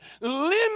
limit